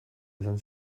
esan